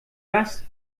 das